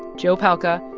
joe palca,